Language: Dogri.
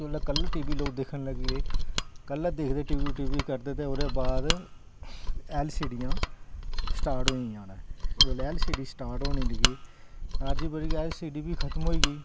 जेल्लै कलर टीवी लोग दिक्खना शुरू करी गे कलर दिक्खदे करदे त ओह्दे बाद एलसीडी स्टार्ट होइयां न जेल्लै एलसीडी स्टार्ट होन लग्गी अज्ज एलसीडी बी खत्म होई गेई